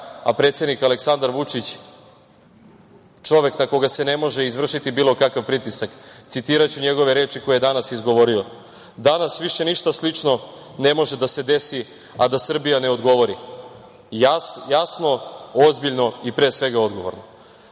a predsednik Aleksandar Vučić čovek na koga se ne može izvršiti bilo kakav pritisak. Citiraću njegove reči koje je danas izgovorio. Danas više ništa slično ne može da se desi, a da Srbija ne odgovori jasno, ozbiljno i pre svega odgovorno.